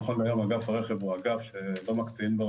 נכון להיום אגף הרכב הוא אגף שלא מקצים לו